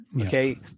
Okay